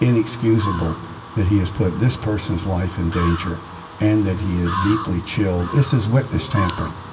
inexcusable that he has put this person's life in danger and that he is deeply chilled this is witness tampering